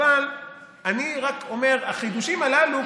אבל אני רק אומר שהחידושים הללו,